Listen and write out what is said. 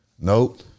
Nope